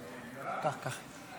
הצעת החוק מבקשת